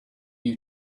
you